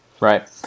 Right